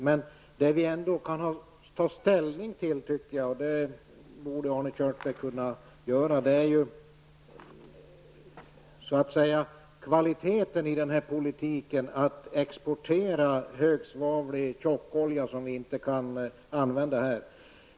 Men det vi ändå kan ta ställning till, och det borde också Arne Kjörnsberg kunna, är kvaliteten i den politik som går ut på att exportera högsvavlig tjockolja som vi inte kan använda här.